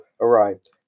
arrived